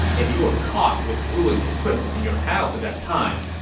if you were caught with brewing equipment in your house at that time,